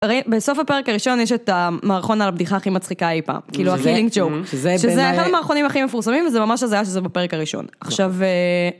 בסוף הפרק הראשון יש את המערכון על הבדיחה הכי מצחיקה אי פעם, כאילו הקילינג ג'וק, שזה אחד המערכונים הכי מפורסמים וזה ממש הזייה שזה בפרק הראשון, עכשיו...